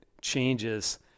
changes